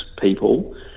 people